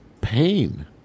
pain